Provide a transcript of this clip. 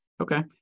Okay